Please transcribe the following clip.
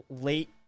late